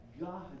God